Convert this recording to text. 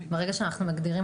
ברגע שאנחנו מגדירים